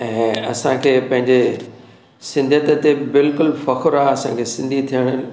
ऐं असांखे पंहिंजे सिंधीयत ते बिल्कुलु फ़ख्रु आहे असांखे सिंधी थियणु